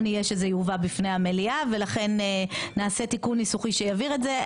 יהיה שזה יובא בפני המליאה ולכן נעשה תיקון ניסוחי שיבהיר את זה.